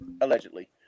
allegedly